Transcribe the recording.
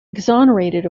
exonerated